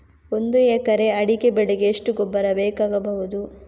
ಒಂದು ಎಕರೆ ಅಡಿಕೆ ಬೆಳೆಗೆ ಎಷ್ಟು ಗೊಬ್ಬರ ಬೇಕಾಗಬಹುದು?